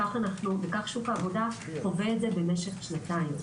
וכך שוק העבודה חווה את זה במשך שנתיים.